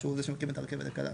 שהוא זה שאחראי על הרכבת הקלה,